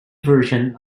version